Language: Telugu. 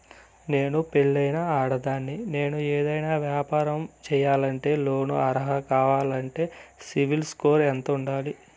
నేను పెళ్ళైన ఆడదాన్ని, నేను ఏదైనా వ్యాపారం సేయాలంటే లోను అర్హత కావాలంటే సిబిల్ స్కోరు ఎంత ఉండాలి?